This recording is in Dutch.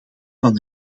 van